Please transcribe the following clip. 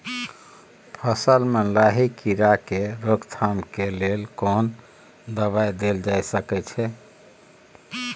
फसल में लाही कीरा के रोकथाम के लेल कोन दवाई देल जा सके छै?